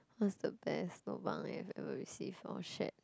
what's the best lobang you've ever receive or shared